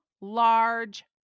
large